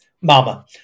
Mama